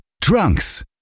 trunks